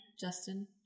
Justin